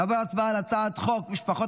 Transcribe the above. כעת אנחנו נעבור להצבעה על הצעת חוק משפחות